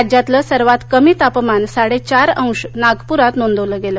राज्यातलं सर्वात कमीतापमान साडेचार अंश नागप्रात नोंदवलं गेलं